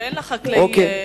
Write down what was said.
שאין לחקלאים יכולת,